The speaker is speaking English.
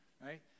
right